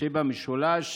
שבמשולש